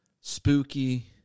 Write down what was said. spooky